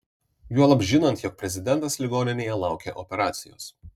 juolab žinant jog prezidentas ligoninėje laukia operacijos